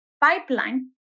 pipeline